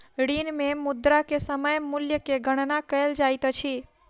ऋण मे मुद्रा के समय मूल्य के गणना कयल जाइत अछि